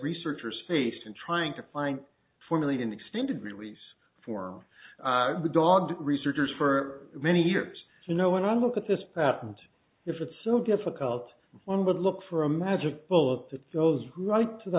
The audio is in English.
researchers faced in trying to find formulate an extended release for the dog researchers for many years you know when i look at this patent if it's so difficult one would look for a magic bullet that goes right to the